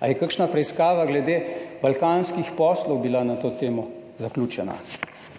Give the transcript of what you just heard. Ali je kakšna preiskava glede balkanskih poslov bila na to temo zaključena?